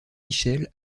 michel